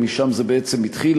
משם זה בעצם התחיל,